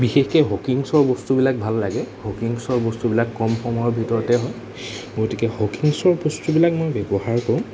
বিশেষকৈ হকিংছৰ বস্তুবিলাক ভাল লাগে হকিংছৰ বস্তুবিলাক কম সময়ৰ ভিতৰতে হয় গতিকে হকিংছৰ বস্তুবিলাক মই ব্যৱহাৰ কৰোঁ